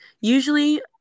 usually